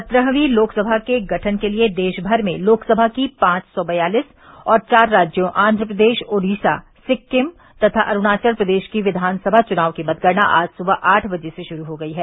सत्रहवीं लोकसभा के गठन के लिये देशभर में लोकसभा की पांच सौ बयालिस और चार राज्यों आंध्रप्रदेश ओडीसा सिक्किम तथा अरूणाचल प्रदेश की विघानसभा चुनावों की मतगणना आज सुबह आठ बजे से शुरू हो गयी है